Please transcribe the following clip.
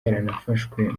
yarafashwe